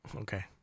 Okay